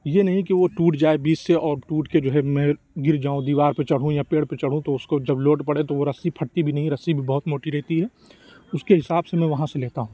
یہ نہیں کہ وہ ٹوٹ جائے بیچ سے اور ٹوٹ کے جو ہے میں گر جاؤں دیوار پہ چڑھوں یا پیڑ پہ چڑھوں تو اس کو جب لوڈ پڑے تو وہ رسی پھٹتی بھی نہیں رسی بھی بہت موٹی رہتی ہے اس کے حساب سے میں وہاں سے لیتا ہوں